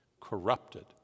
corrupted